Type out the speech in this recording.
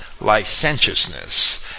licentiousness